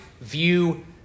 view